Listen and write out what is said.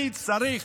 אני צריך